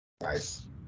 Nice